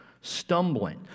stumbling